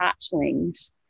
hatchlings